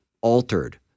altered